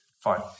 Fine